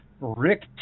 Rick